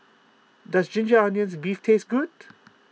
does Ginger Onions Beef taste good